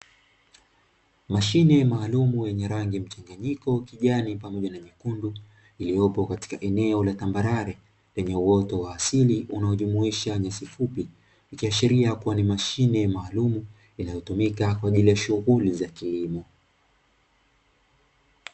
Mashine maalumu yenye rangi mchanganyiko kijani pamoja na nyekundu iliyopo katika eneo la tambarare lenye uoto wa asili unaojumuisha nyasi fupi, ikiashiria kuwa ni mashine maalumu inayotumika kwa ajili ya shughuli za kilimo.